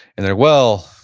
and then, well,